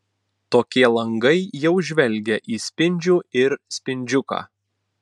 tokie langai jau žvelgia į spindžių ir spindžiuką